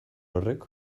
horrek